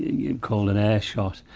you'd call an air shot.